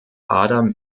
adam